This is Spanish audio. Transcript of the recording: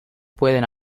pueden